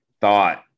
thought